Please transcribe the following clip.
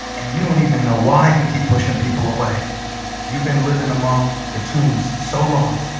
and you don't even know why you keep pushing people away you've been living among the twos so long